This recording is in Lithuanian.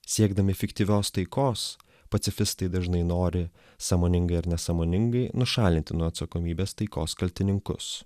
siekdami fiktyvios taikos pacifistai dažnai nori sąmoningai ar nesąmoningai nušalinti nuo atsakomybės taikos kaltininkus